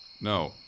No